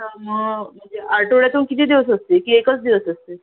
हा मग म्हणजे आठवड्यातून किती दिवस असते की एकच दिवस असते